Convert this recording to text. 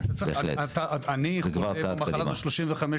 כן, בהחלט, זה כבר צעד קדימה.